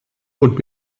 und